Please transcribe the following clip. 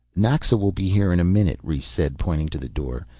naxa will be here in a minute, rhes said, pointing to the door,